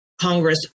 Congress